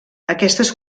aquestes